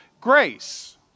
grace